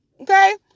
Okay